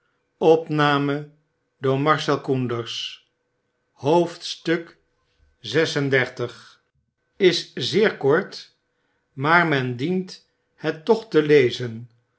xxxvi is zeer kort maar men dient het toch te lezen